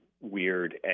weird